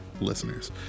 listeners